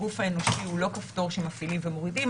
הגוף האנושי הוא לא כפתור שמפעילים ומורידים,